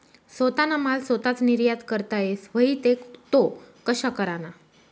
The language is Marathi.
सोताना माल सोताच निर्यात करता येस व्हई ते तो कशा कराना?